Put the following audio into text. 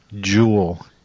jewel